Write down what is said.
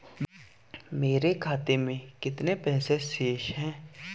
मेरे खाते में कितने पैसे शेष हैं?